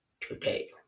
today